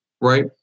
right